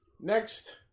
Next